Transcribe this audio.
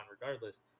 regardless